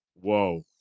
whoa